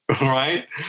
right